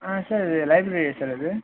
ஆ sir இது லைப்ரரியா sir இது